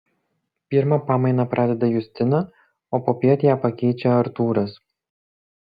pirmą pamainą pradeda justina o popiet ją pakeičia artūras